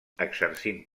exercint